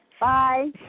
Bye